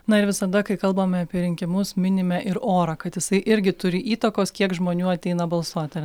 na ir visada kai kalbame apie rinkimus minime ir orą kad jisai irgi turi įtakos kiek žmonių ateina balsuoti ar